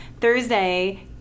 Thursday